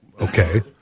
okay